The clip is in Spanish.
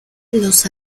los